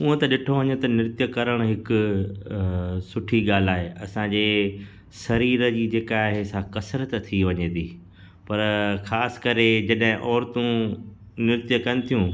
हूअं त ॾिठो वञे त नृत्य करण हिक सुठी ॻाल्हि आहे असांजे शरीर जी जेका आहे सा कसरत थी वञे थी पर ख़ासि करे जॾहिं औरतूं नृत्य कनि थियूं